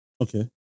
Okay